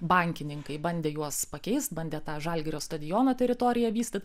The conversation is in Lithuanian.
bankininkai bandė juos pakeist bandė tą žalgirio stadiono teritoriją vystyt